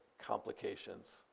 complications